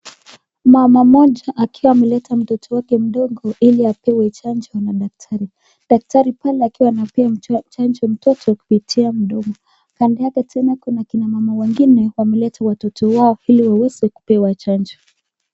Mama mmoja akiwa ameleta mtoto wake mdogo ili apewe chanjo na daktari. Daktari pale akiwa anapea chanjo mtoto kupitia mdomo. Kando yake tena kuna kina mama wengine wameleta watoto wao ili waweze kupewa chanjo.